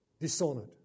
dishonored